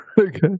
Okay